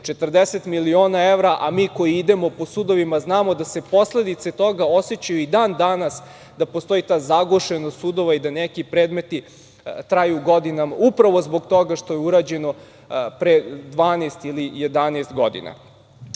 40 miliona evra, a mi koji idemo po sudovima znamo da se posledice toga osećaju i dan-danas, da postoji ta zagušenost sudova i da neki predmeti traju godinama, upravo zbog toga što je urađeno pre 12 ili 11 godina. Ono